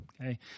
okay